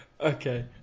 Okay